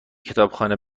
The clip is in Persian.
کتابخانه